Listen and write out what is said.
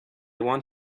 want